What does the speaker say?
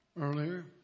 earlier